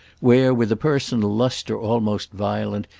where, with a personal lustre almost violent,